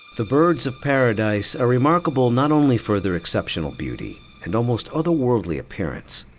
the birds-of-paradise are remarkable not only further exceptional beauty and almost otherworldly appearance,